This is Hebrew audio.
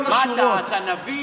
מה, אתה נביא?